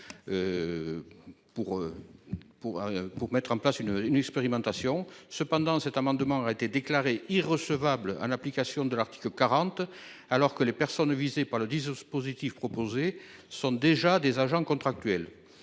pour mettre en place une une expérimentation cependant cet amendement a été déclarée irrecevable en application de l'article 40. Alors que les personnes visées par le ou positif proposés sont déjà des agents contractuels.